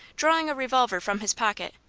drawing a revolver from his pocket,